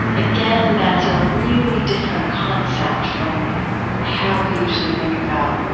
again, that's a really different concept from how we usually think about